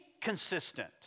consistent